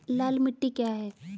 लाल मिट्टी क्या है?